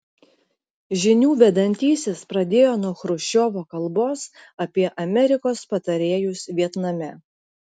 žinių vedantysis pradėjo nuo chruščiovo kalbos apie amerikos patarėjus vietname